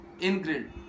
Ingrid